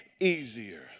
easier